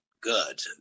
good